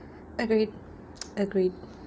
agreed agreed